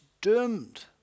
doomed